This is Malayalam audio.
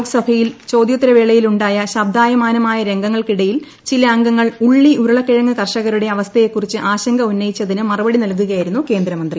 ലോക്സഭയിൽ ചോദ്യോത്തരവേളയിലുണ്ടായ ശബ്ദായമാനമായ രംഗങ്ങൾക്കിടയിൽ ചില അംഗങ്ങൾ ഉള്ളി ഉരുളക്കിഴങ്ങ് കർഷകരുടെ അവസ്ഥയെകുറിച്ച് ആശങ്ക ഉന്നയിച്ചതിന് മറുപടി നൽകുകയായിരുന്നു കേന്ദ്രമന്ത്രി